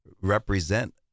represent